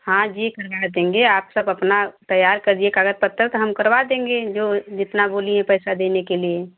हाँ जी करा देंगे आप सब अपना तैयार करीए काग़ज़ पत्तर तो हम करवा देंगे जो जितना बोलिए पैसा देने के लिए